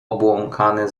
obłąkany